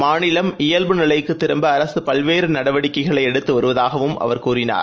மாநிலம் இயல்பு நிலைக்கு திரும்ப அரசு பல்வேறு நடவடிக்கைகளை எடுத்து வருவதாகவும் அவர் கூறினார்